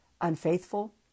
unfaithful